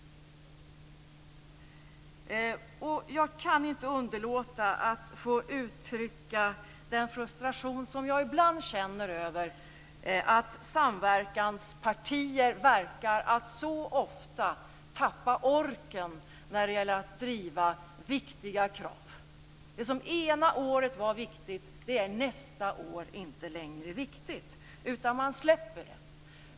Jag kan inte underlåta att uttrycka den frustration som jag ibland känner över att samverkanspartier så ofta verkar tappa orken när det gäller att driva viktiga krav. Det som ena året var viktigt är nästa år inte längre viktigt, utan man släpper det.